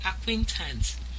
acquaintance